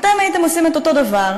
אתם הייתם עושים את אותו הדבר.